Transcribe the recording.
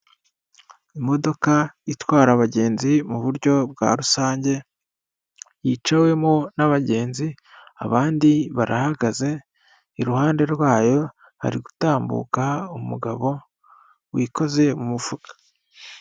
Imodoka itwara abagenzi mu buryo bwa rusange, yicawemo n'abagenzi anandi barahagaze, iruhande rwayo hari gutambuka umugabo wikoze mu mifuka.